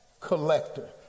collector